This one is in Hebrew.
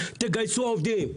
תגייסו עובדים.